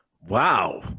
Wow